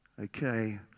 Okay